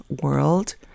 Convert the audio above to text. world